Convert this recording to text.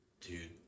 Dude